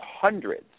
hundreds